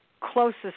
closest